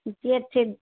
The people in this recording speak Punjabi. ਜੀ ਇੱਥੇ